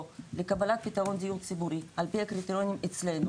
בקבלת פתרון דיור ציבורי על פי הקריטריונים אצלנו